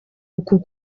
uku